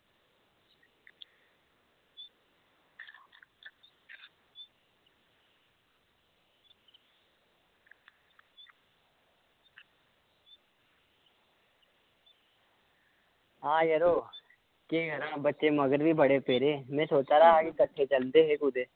आं यरो केह् करांऽ बच्चे मगर बी बड़े पेदे में सोचा दा हा की कट् चलदे हे कुदै